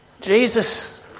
Jesus